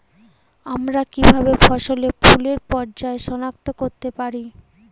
আমরা কিভাবে ফসলে ফুলের পর্যায় সনাক্ত করতে পারি?